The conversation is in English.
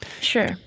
Sure